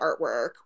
artwork